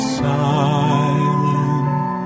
silent